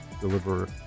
deliver